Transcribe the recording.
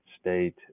State